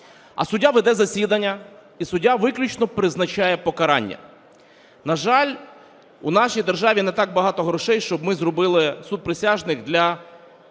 А суддя веде засідання і суддя виключно призначає покарання. На жаль, у нашій державі не так багато грошей, щоб ми зробили суд присяжних для